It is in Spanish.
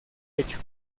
hecho